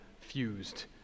fused